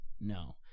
no